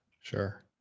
Sure